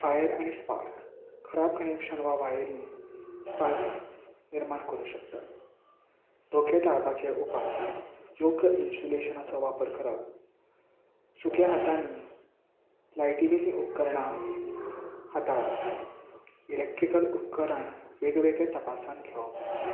fire आनी spark खराब connection वा वायरींग स्पार्क निर्माण करूं शकता धोके टाळपाचेर उपाय योग इन्सुलेशनाचो वापर करप सुक्या हातांनी लायटीविलीं उपकरणां हाताळप इलेक्ट्रीकल उपकरण वेगवेगळे तपासांत घेवप